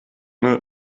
sonne